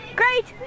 great